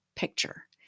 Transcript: picture